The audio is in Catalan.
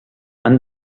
han